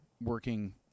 working